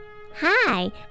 Hi